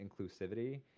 inclusivity